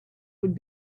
would